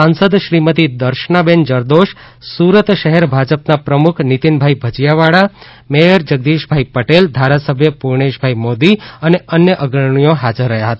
સાંસદ શ્રીમતી દર્શનાબેન જરદોષ સુરત શહેર ભાજપના પ્રમુખ નીતિનભાઇ ભજીયાવાળા મેયર જગદીશભાઇ પટેલ ધારાસભ્ય પૂર્ણેશભાઇ મોદી અને અન્ય અગ્રણીઓ હાજર રહ્યા હતા